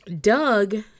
Doug